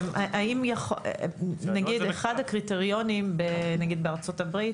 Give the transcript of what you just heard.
אחד הקריטריונים נגיד בארצות הברית